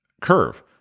curve